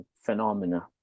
phenomena